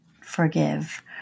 forgive